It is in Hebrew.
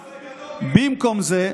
מר סגלוביץ', הוא היה על זה --- במקום זה,